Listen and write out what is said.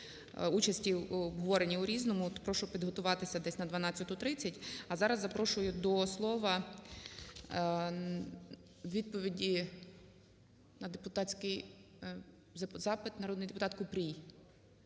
участі в обговоренні у "Різному", то прошу підготуватися десь на 12:30. А зараз запрошую до слова відповіді на депутатський запит - народний депутатКупрій.